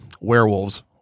werewolves